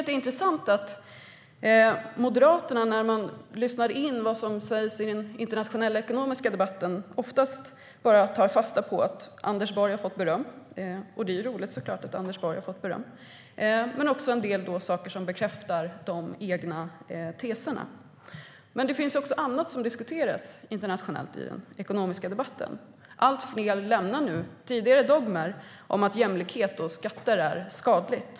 Det är intressant att Moderaterna, när de lyssnar in vad som sägs i den internationella ekonomiska debatten, oftast bara tar fasta på att Anders Borg har fått beröm - det är såklart roligt att Anders Borg har fått beröm - men också en del saker som bekräftar de egna teserna. Men det finns också annat som diskuteras i den internationella ekonomiska debatten. Allt fler lämnar nu tidigare dogmer om att jämlikhet och skatter är skadliga.